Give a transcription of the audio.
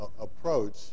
approach